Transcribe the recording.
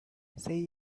say